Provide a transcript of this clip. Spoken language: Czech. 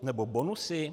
Nebo bonusy?